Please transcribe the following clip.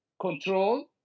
control